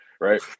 right